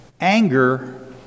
anger